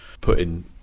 putting